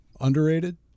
Underrated